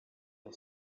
the